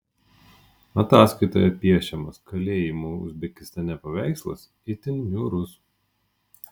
ataskaitoje piešiamas kalėjimų uzbekistane paveikslas itin niūrus